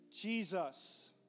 Jesus